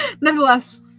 Nevertheless